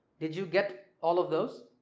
did you get all of those?